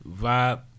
vibe